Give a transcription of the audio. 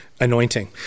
anointing